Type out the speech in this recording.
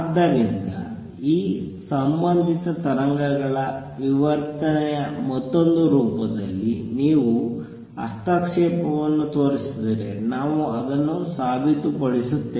ಆದ್ದರಿಂದ ಈ ಸಂಬಂಧಿತ ತರಂಗಗಳ ವಿವರ್ತನೆಯ ಮತ್ತೊಂದು ರೂಪದಲ್ಲಿ ನೀವು ಹಸ್ತಕ್ಷೇಪವನ್ನು ತೋರಿಸಿದರೆ ನಾವು ಅದನ್ನು ಸಾಬೀತುಪಡಿಸುತ್ತೇವೆ